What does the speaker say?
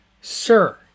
sir